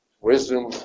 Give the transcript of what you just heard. Wisdom